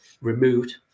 removed